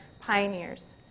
pioneers